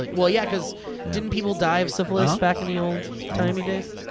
like well yeah, cause didn't people die of syphilis back in the old timey days.